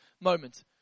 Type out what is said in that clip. moment